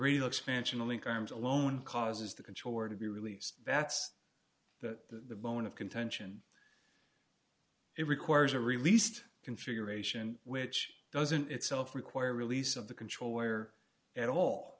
real expansion link arms alone causes the controller to be released that's the bone of contention it requires a released configuration which doesn't itself require release of the control where at all